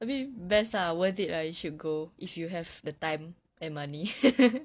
I mean best lah worth it lah you should go if you have the time and money